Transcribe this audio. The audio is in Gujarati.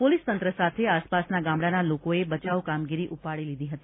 પોલીસતંત્ર સાથે આસપાસના ગામડાના લોકોએ બચાવ કામગીરી ઉપાડી લીધી હતી